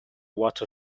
water